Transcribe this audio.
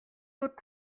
votre